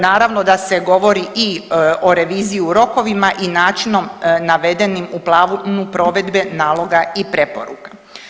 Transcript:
Naravno da se govori i o reviziji u rokovima i načinom navedenim u planu provedbe naloga i preporuka.